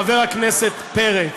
חבר הכנסת פרץ,